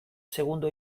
segundo